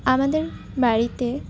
আমাদের বাড়িতে